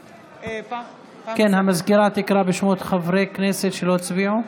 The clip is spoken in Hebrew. סגנית המזכירה תקרא בשמות חברי הכנסת שלא הצביעו.